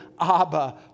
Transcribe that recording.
Abba